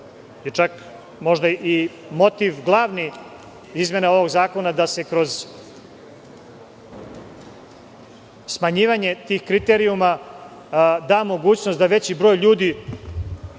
je čak glavni motiv izmena ovog zakona, da se kroz smanjivanje tih kriterijuma dâ mogućnost da veći broj ljudi